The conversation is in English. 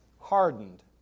hardened